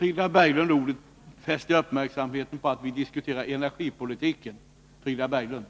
Jag vill fästa uppmärksamheten på att i frågedebatter får det första inlägget omfatta högst tre minuter.